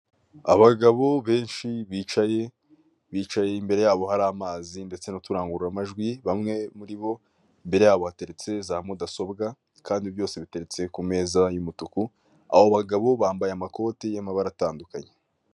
Abagabo benshi bicaye, bicaye imbere yabo hari amazi ndetse n'uturangurura majwi, bamwe muribo imbere y'abo hateretse za mudasobwa kandi byose biteretse ku meza y'umutuku, abo bagabo bambaye amakoti y'amabara atandukanye.